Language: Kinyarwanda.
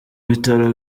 bitaro